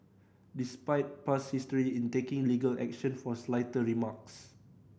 despite past history in taking legal action for slighter remarks